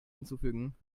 hinzufügen